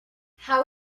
how